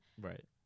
Right